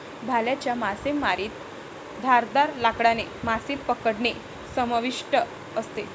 भाल्याच्या मासेमारीत धारदार लाकडाने मासे पकडणे समाविष्ट असते